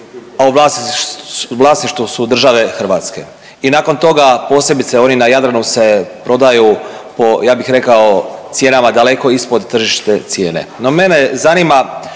a u vlasništvu su države Hrvatske i nakon toga posebice oni na Jadranu se prodaju po ja bih rekao cijenama daleko ispod tržišne cijene. No, mene zanima